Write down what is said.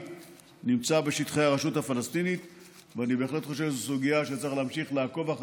אני רק בכל זאת אומר שקודם כול,